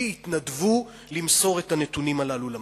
יתנדבו למסור את הנתונים הללו למאגר.